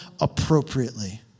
appropriately